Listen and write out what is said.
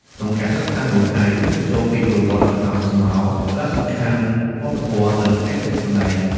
ក្នុងការសិក្សានោះ អាចរួមបញ្ចូលពីប្រវត្តិល្ខោនស្រមោល សារៈសំខាន់វប្បធម៌ និងបច្ចេកទេសសម្តែង។